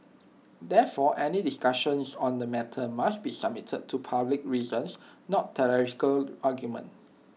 therefore any discussions on the matter must be submitted to public reasons not theological arguments